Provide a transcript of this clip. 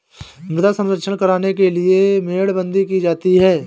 मृदा संरक्षण करने के लिए मेड़बंदी की जाती है